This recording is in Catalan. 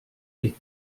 dir